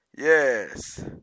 Yes